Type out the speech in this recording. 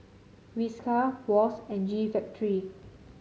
Whiskas Wall's and G Factory